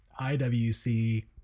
IWC